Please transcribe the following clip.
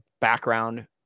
background